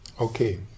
Okay